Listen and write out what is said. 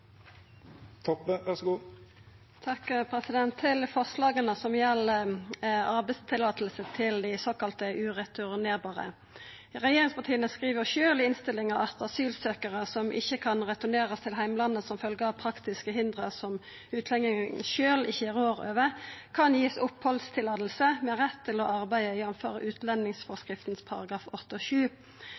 Til forslaga som gjeld arbeidsløyve til dei såkalla ureturnerbare: Regjeringspartia skriv sjølv i innstillinga at «asylsøkere som ikke kan returnere til hjemlandet som følge av praktiske hindringer som utlendingen ikke selv rår over, kan gis oppholdstillatelse med rett til å arbeide